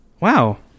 Wow